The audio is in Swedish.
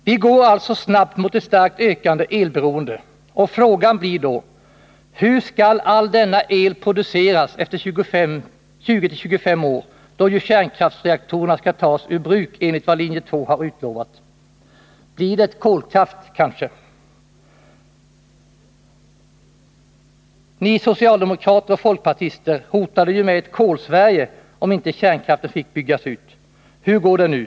Vi går alltså snabbt mot ett starkt ökande elberoende, och frågan blir då: Hur skall all denna el produceras efter 20-25 år, då ju kärnkraftsreaktorerna skall tas ur bruk enligt vad linje 2 har utlovat? Blir det kolkraft, kanske? Ni socialdemokrater och folkpartister hotade ju med ett Kolsverige, om inte kärnkraften fick byggas ut. Hur går det nu?